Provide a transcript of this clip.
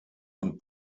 von